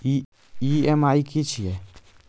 EMI की छिये?